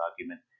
argument